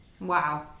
Wow